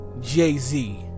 Jay-Z